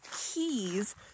keys